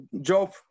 job